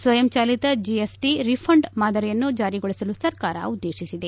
ಸ್ವಯಂ ಚಾಲಿತ GST refund ಮಾದರಿಯನ್ನು ಜಾರಿಗೊಳಿಸಲು ಸರ್ಕಾರ ಉದ್ದೇಶಿಸಿದೆ